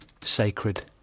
Sacred